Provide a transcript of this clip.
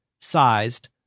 sized